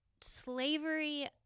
slavery